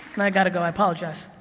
and i got to go, i apologize.